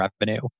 revenue